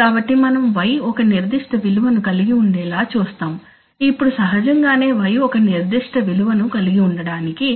కాబట్టి మనం y ఒక నిర్దిష్ట విలువను కలిగి ఉండేలా చూస్తాము ఇప్పుడు సహజంగానే y ఒక నిర్దిష్ట విలువను కలిగి ఉండడానికి